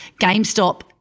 GameStop